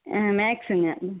ஆ மேக்ஸ்சுங்க